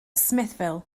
smithville